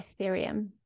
Ethereum